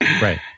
Right